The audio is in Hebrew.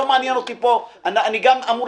אני רוצה